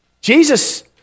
Jesus